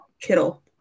Kittle